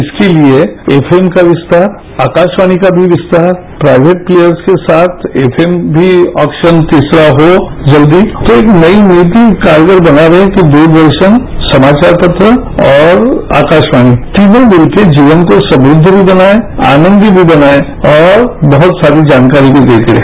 इसके लिए एफएम का विस्तार आकाशवाणी का भी विस्तार प्राइवेट लेयर के साथ एफएम भी अ ॉपशन भी तीसरा हो जल्दी तो एक नई नीति कारगर बना रहे कि दूरदर्शन समाचार पत्र और आकाशवाणी तीनों मिलकर जीवन को समृद्ध भी बनाए आनदंमयी भी बनाए और बहुत सारी जानकारी भी देते रहे